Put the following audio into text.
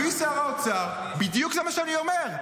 הביא שר האוצר, זה בדיוק מה שאני אומר.